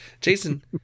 Jason